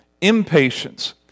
impatience